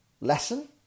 Lesson